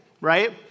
right